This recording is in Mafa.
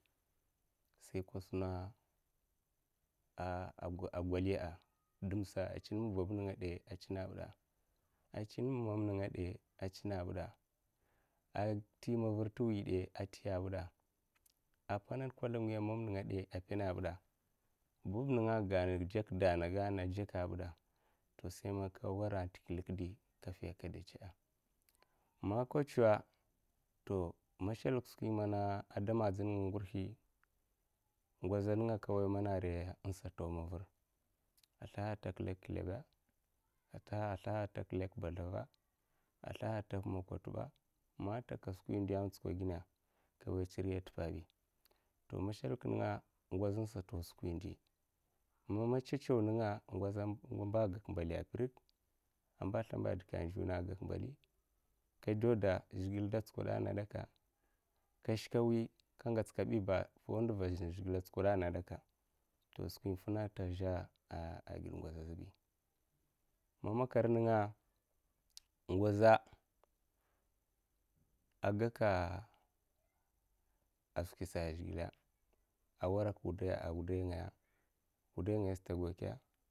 Sei ka sunna gwali'ya'a doumsa achin ma babba nènga dè achina mbu'da, achin ma mam nènga dè achin mbu de?, at ntyi mavar nte wiy de anta ntiya'n buda? Apa mpanan nkwalangui amam nenga dai am mpona bude? Bab'nenga gana ndzekda nagana an ndzeka ana gana an dzeka m'buda nto sai ma nka nwara nte kilek di kafin aka dow ncho da? Man ka ncho toh mashalik skwi mana ah damanjin nga ngu ngurhi ngoz nenga nka nwoya mana arai ansa ntow mavar' a'slaha ntak lek kilaba, a slaha ntak lak mbaldava, andzi mbèla sauna ma makar nènga angasa a skwi man nduva awaygaskiya skwi man ah slaha ntak mokwatoub, man nta ka skwindi nchkwo'ginne ka mwoya ncho nriya auda apa bi, to man nshalak nenga ngoza ansa ntau skwindi man macha'chew nenga ngoza amba gak mbaliya mpreka amba slemb'deka an nzuwan agag nbali, ka dawda zhigilè da tsukoda ana gadè'ka shke nwi ka ngots ka bi ba nfwu nduva azin zhigile atskoda ana gada ka, nto skwi nfuna nta zhe agide ngoza azbay, ma makar nenga ngoza aga ka skwisa a zhigile a nwarak nwudai ngaya, nwudai ngay'sa nta gau ke?